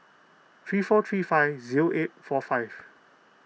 three four three five zero eight four five